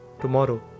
tomorrow